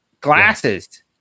glasses